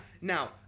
Now